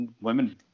women